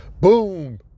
boom